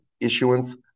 issuance